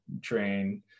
train